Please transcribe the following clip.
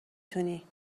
تونی